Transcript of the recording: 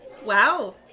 Wow